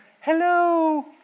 hello